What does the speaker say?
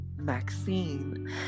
maxine